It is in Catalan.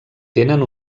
tenen